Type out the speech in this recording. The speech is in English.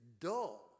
dull